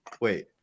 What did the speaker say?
Wait